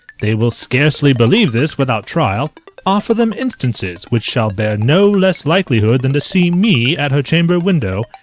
they will scarcely believe this without trial offer them instances, which shall bear no less likelihood than to see me at her chamber-window,